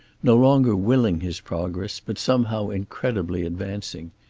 no longer willing his progress, but somehow incredibly advancing.